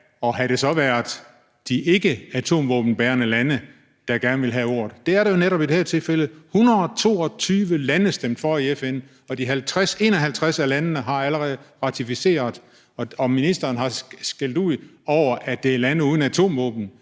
og havde det så været de ikkeatomvåbenbærende lande, der gerne ville have ordet. Det er det netop i det her tilfælde: 122 lande stemte for i FN, og de 51 af landene har allerede ratificeret. Ministeren har skældt ud over, at det er lande uden atomvåben.